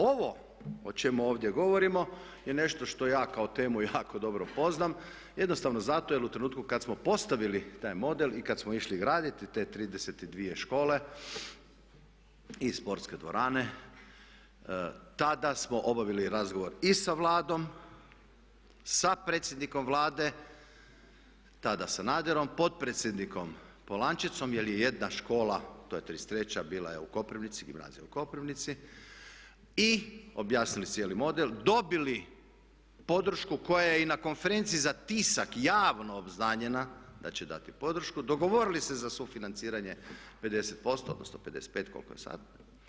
Ovo o čemu ovdje govorimo je nešto što ja kao temu jako dobro poznam, jednostavno zato jer u trenutku kad smo postavili taj model i kad smo išli graditi te 32 škole i sportske dvorane tada smo obavili razgovor i sa Vladom, sa predsjednikom Vlade, tada Sanaderom, potpredsjednikom Polančecom jer je jedna škola to je 33 bila je u Koprivnici, gimnazija u Koprivnici i objasnili cijeli model, dobili podršku koja je i na konferenciji za tisak javno obznanjena da će dati podršku, dogovorili se za sufinanciranje 50% odnosno 55 koliko je sad.